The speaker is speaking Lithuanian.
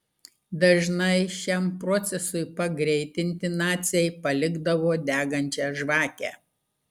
dažnai šiam procesui pagreitinti naciai palikdavo degančią žvakę